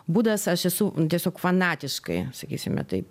būdas aš esu tiesiog fanatiškai sakysime taip